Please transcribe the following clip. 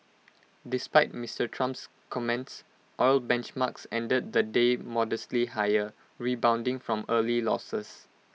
despite Mister Trump's comments oil benchmarks ended the day modestly higher rebounding from early losses